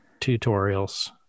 tutorials